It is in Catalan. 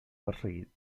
perseguit